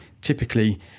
typically